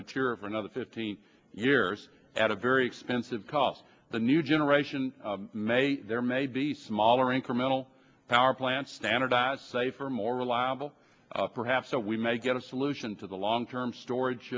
mature for another fifteen years at a very expensive cost the new generation may there may be smaller incremental power plants standardize safer more reliable perhaps so we may get a solution to the long term storage